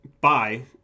bye